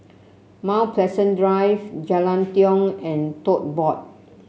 Mount Pleasant Drive Jalan Tiong and Tote Board